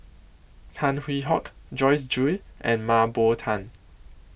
Tan Hwee Hock Joyce Jue and Mah Bow Tan